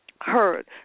heard